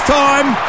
time